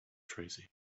tracy